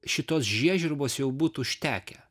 šitos žiežirbos jau būtų užtekę